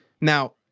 Now